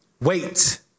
Wait